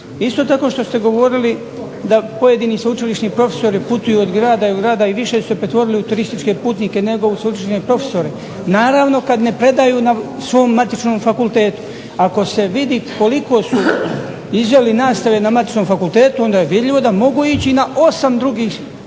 Isto tako što ste govorili da pojedini sveučilišni profesori putuju od grada do grada i više su se pretvorili u turističke putnike nego u sveučilišne profesore. Naravno, kad ne predaju na svom matičnom fakultetu. Ako se vidi koliko su izveli nastave na matičnom fakultetu onda je vidljivo da mogu ići na 8 drugim